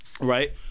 right